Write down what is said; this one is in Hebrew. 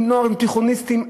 עם תיכוניסטים,